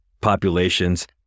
populations